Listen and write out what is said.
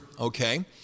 Okay